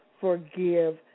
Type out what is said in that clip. forgive